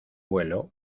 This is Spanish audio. vuelo